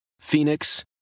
Phoenix